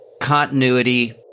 continuity